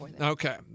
Okay